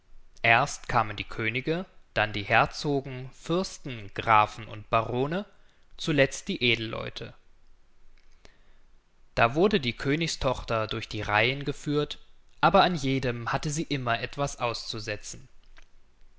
erst kamen die könige dann die herzogen fürsten grafen und barone zuletzt die edelleute da wurde die königstochter durch die reihen geführt aber an jedem hatte sie immer etwas auszusetzen